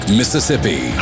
Mississippi